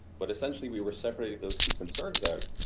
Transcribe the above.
but essentially, we were separating those two concerns out.